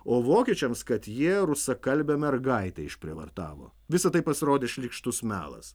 o vokiečiams kad jie rusakalbę mergaitę išprievartavo visa tai pasirodė šlykštus melas